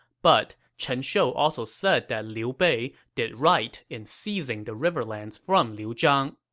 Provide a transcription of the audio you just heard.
but chen shou also said that liu bei did right in seizing the riverlands from liu zhang.